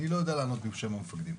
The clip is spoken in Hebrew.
אני לא יודע לענות בשם המפקדים.